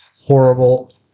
horrible